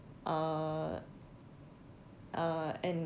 uh uh and